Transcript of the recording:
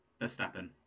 Verstappen